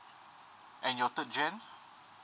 and your third gen